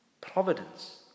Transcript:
Providence